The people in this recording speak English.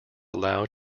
allowed